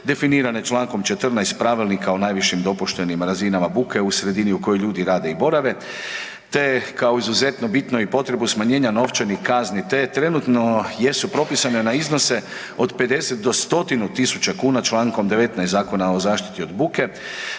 definirane čl. 14. Pravilnika o najvišim dopuštenim razinama buke u sredini u koji ljudi rade i borave te kao izuzetno bitno i potrebu smanjenja novčanih kazni te je trenutno jesu propisane na iznose od 50 do 100 000 kn čl. 19. Zakona o zaštiti od buke